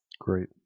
Great